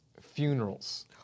Funerals